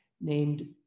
named